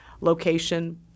location